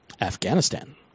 Afghanistan